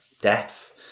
death